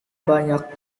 banyak